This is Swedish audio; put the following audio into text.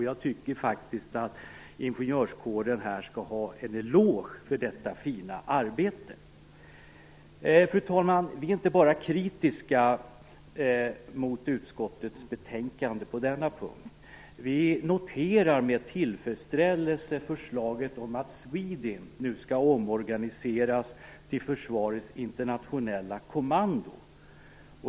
Jag tycker faktiskt att Ingenjörskåren här skall ha en eloge för detta fina arbete. Fru talman! Vi är kritiska mot utskottets betänkande på denna punkt, men vi noterar med tillfredsställelse förslaget om att SWEDINT nu skall omorganiseras till försvarets internationella kommando.